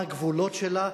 מה הגבולות שלה,